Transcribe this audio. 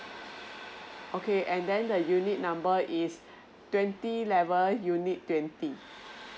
okay and then the unit number is twenty level unit twenty